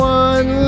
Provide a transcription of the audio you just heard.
one